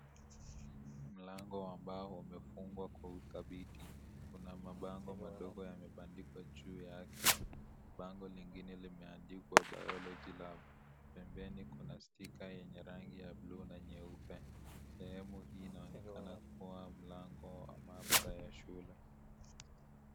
Mlango wa mbao umefungwa kwa udhabiti. Kuna mabango madogo yamebandikwa juu yake. Bango lingine limeandikwa biology lab . Pembeni kuna stika yenye rangi ya bluu na nyeupe. Sehemu hii inaonekana kuwa mlango wa maabara ya shule.